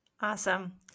Awesome